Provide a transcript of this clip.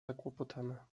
zakłopotana